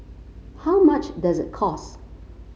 how much does it cost